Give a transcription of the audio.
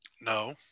No